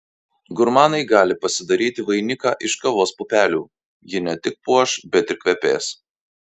gurmanai gali pasidaryti vainiką iš kavos pupelių ji ne tik puoš bet ir kvepės